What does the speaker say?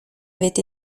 avaient